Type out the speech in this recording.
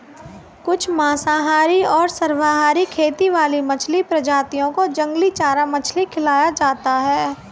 कुछ मांसाहारी और सर्वाहारी खेती वाली मछली प्रजातियों को जंगली चारा मछली खिलाया जाता है